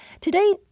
Today